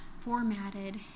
formatted